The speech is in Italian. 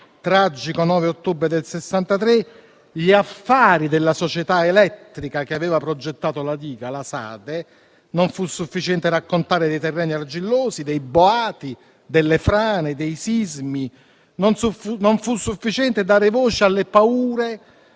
tragico 9 ottobre 1963, gli affari della società elettrica che aveva progettato la diga, la SADE; non fu sufficiente raccontare dei terreni argillosi, dei boati, delle frane, dei sismi. Non fu sufficiente dare voce alle paure